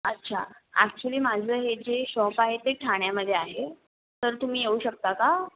अच्छा ॲक्चुली माझं हे जे शॉप आहे ते ठाण्यामध्ये आहे तर तुम्ही येऊ शकता का